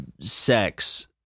sex